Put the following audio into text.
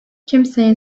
kimseyi